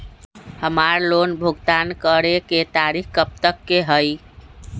हमार लोन भुगतान करे के तारीख कब तक के हई?